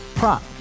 Prop